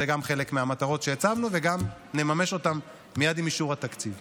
זה גם חלק מהמטרות שהצבנו וגם נממש אותן מייד עם אישור התקציב.